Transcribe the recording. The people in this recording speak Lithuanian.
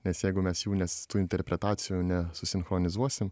nes jeigu mes jų nes tų interpretacijų nesusinchronizuosim